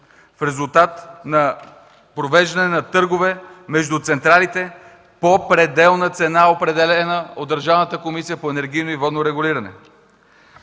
в резултат на провеждане на търгове между централите по пределна цена определена от Държавната комисия по енергийно и водно регулиране;